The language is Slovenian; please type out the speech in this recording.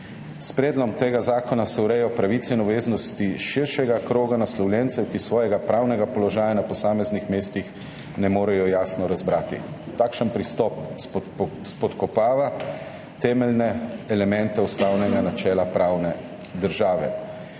S predlogom tega zakona se urejajo pravice in obveznosti širšega kroga naslovljencev, ki svojega pravnega položaja na posameznih mestih ne morejo jasno razbrati. Takšen pristop spodkopava temeljne elemente ustavnega načela pravne države.